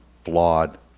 flawed